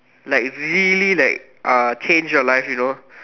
like really like uh change your life you know